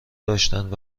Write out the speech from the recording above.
داشتند